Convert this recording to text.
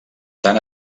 tant